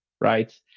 right